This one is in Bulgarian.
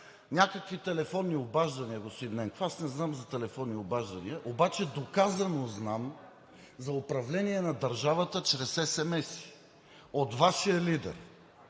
някакви телефонни обаждания, господин Ненков. Аз не знам за телефонни обаждания, обаче доказано знам за управление на държавата чрез SMS-и от Вашия лидер.